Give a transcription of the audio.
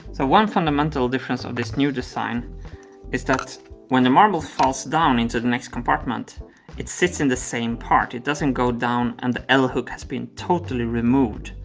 so one fundamental difference of this new design is that when the marble falls down into the next compartment it sits in the same part, it doesn't go down and the l-hook has been totally removed.